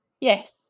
Yes